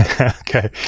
okay